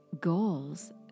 goals